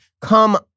come